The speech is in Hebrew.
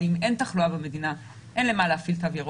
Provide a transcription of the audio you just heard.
ואם אין תחלואה במדינה אין למה להפעיל קו ירוק,